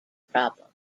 problem